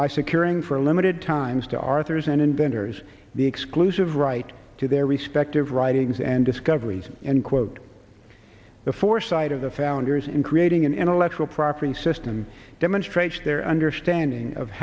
by securing for limited times to arthurs and inventors the exclusive right to their respective writings and discoveries and quote the foresight of the founders in creating an intellectual property system demonstrates their understanding of